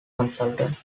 consultant